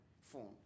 phone